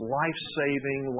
life-saving